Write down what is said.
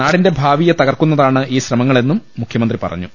നാടിന്റെ ഭാവിയെ തകർക്കുന്നതാണ് ഈ ശ്രമങ്ങളെന്നും മുഖ്യമന്ത്രി പറഞ്ഞു